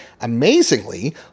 Amazingly